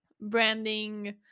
branding